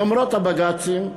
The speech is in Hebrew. למרות הבג"צים,